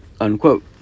unquote